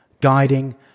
Guiding